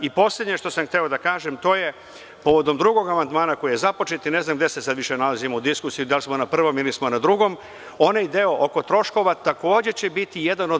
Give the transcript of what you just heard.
Poslednje što sam hteo da kažem, to je povodom drugog amandmana koji je započet, ne znam gde se sad više nalazimo u diskusiji, da li smo na prvom ili smo na drugom, onaj deo oko troškova takođe će biti jedan od…